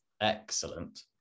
excellent